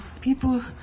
people